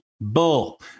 Bull